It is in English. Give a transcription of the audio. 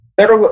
Pero